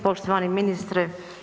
Poštovani ministre.